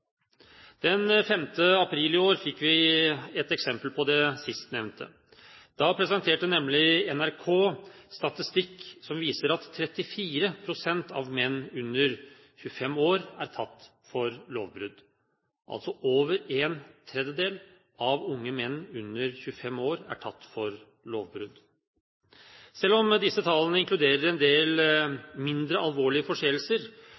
april i år fikk vi et eksempel på det sistnevnte. Da presenterte nemlig NRK statistikk som viste til at 34 pst. av menn under 25 år er tatt for lovbrudd – altså over en tredjedel av unge menn under 25 år er tatt for lovbrudd. Selv om disse tallene inkluderer